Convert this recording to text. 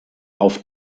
auf